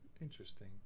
interesting